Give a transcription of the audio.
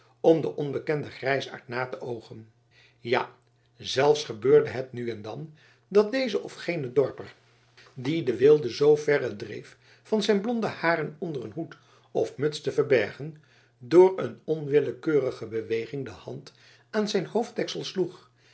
om den onbekenden grijsaard na te oogen ja zelfs gebeurde het nu en dan dat deze of gene dorper die de weelde zoo verre dreef van zijn blonde haren onder een hoed of muts te verbergen door een onwillekeurige beweging de hand aan zijn hoofddeksel sloeg